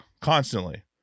constantly